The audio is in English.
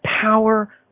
power